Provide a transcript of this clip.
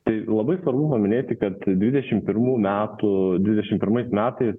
tai labai svarbu paminėti kad dvidešim pirmų metų dvidešim pirmais metais